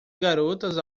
garotas